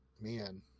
man